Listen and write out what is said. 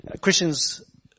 Christians